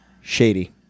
shady